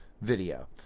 video